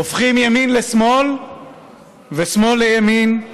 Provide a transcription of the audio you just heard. הופכים מימין לשמאל ושמאל לימין.